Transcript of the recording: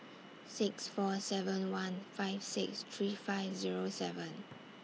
six four seven one five six three five Zero seven